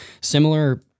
similar